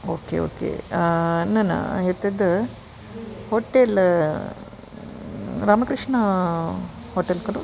okay okay न न एतद् होटेल् रामकृष्णा होटेल् खलु